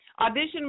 Audition